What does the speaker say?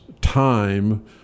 time